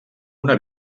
una